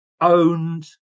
owned